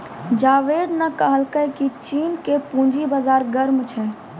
जावेद ने कहलकै की चीन के पूंजी बाजार गर्म छै